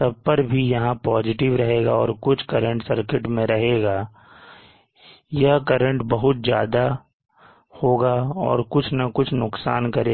तब पर भी यहां पॉजिटिव रहेगा और कुछ करंट सर्किट में रहेगा यह करंट बहुत ज्यादा होगा और कुछ ना कुछ नुकसान करेगा